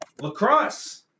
lacrosse